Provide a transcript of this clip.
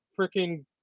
freaking